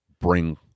bring